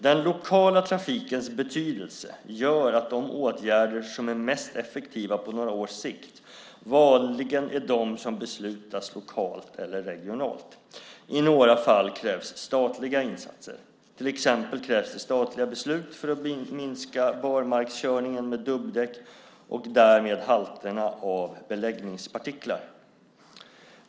Den lokala trafikens betydelse gör att de åtgärder som är mest effektiva på några års sikt vanligen är de som beslutas lokalt eller regionalt. I några fall krävs statliga insatser. Till exempel krävs det statliga beslut för att minska barmarkskörningen med dubbdäck och därmed halterna av beläggningspartiklar.